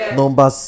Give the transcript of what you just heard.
number